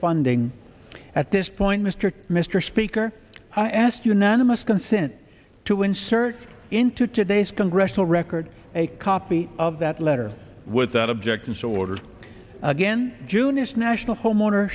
funding at this point mr mr speaker i asked unanimous consent to insert into today's congressional record a copy of that letter without objection so ordered again june is national homeowner